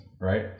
right